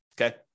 okay